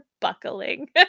buckling